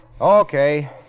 Okay